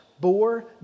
bore